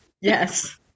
yes